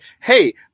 Hey